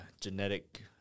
genetic